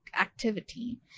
activity